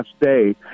day